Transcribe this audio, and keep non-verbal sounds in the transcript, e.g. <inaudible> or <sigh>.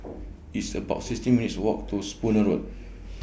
It's about <noise> sixteen minutes' Walk to Spooner Road